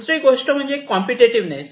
दुसरी गोष्ट म्हणजे कॉम्प्युटेटिवनेस